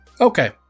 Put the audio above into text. Okay